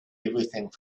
everything